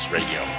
Radio